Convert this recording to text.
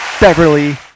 Beverly